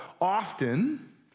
often